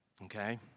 Okay